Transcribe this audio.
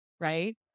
right